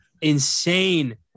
insane